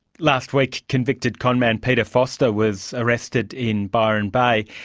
last week convicted conman peter foster was arrested in byron bay.